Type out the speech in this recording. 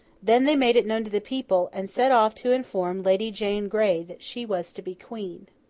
then, they made it known to the people, and set off to inform lady jane grey that she was to be queen.